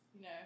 No